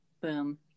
Boom